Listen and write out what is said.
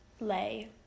lay